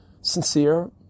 sincere